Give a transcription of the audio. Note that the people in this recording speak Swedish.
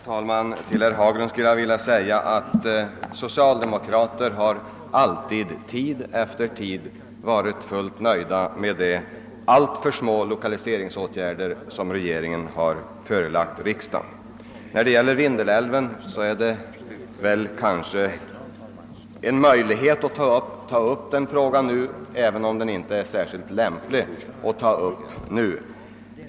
Till herr Haglund skulle jag vilja säga, att socialdemokraterna år efter år varit fullt nöjda med de alltför otillräckliga lokaliseringsåtgärder som regeringen förelagt riksdagen. Det finns naturligtvis en möjlighet att nu åter ta upp frågan om Vindelälven, även om det inte är särskilt lämpligt.